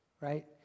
right